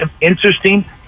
interesting